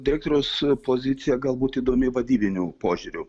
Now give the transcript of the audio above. direktoriaus pozicija galbūt įdomi vadybiniu požiūriu